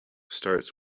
starts